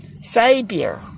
Savior